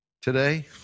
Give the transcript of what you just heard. today